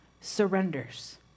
surrenders